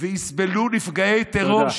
ויסבלו נפגעי טרור,